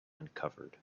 uncovered